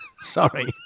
Sorry